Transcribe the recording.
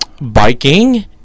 biking